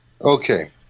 Okay